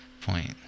point